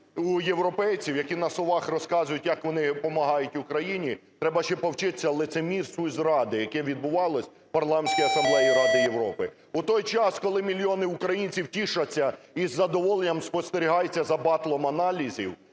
У європейців, які на словах розказують, як вони помагають Україні, треба ще повчитися лицемірству і зраді, яке відбувалося в Парламентській асамблеї Ради Європи. У той час, коли мільйони українців тішаться і з задоволенням спостерігають за батлом аналізів,